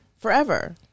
Forever